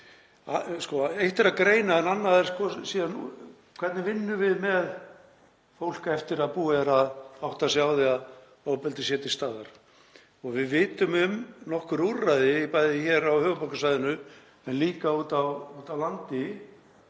Eitt er að greina en annað er síðan hvernig vinnum með fólki eftir að búið er að átta sig á því að ofbeldi sé til staðar. Við vitum um nokkur úrræði, bæði hér á höfuðborgarsvæðinu en líka úti á landi.